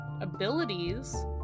abilities